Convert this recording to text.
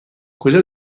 کجا